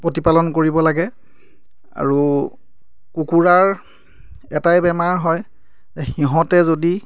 প্ৰতিপালন কৰিব লাগে আৰু কুকুৰাৰ এটাই বেমাৰ হয় সিহঁতে যদি